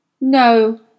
no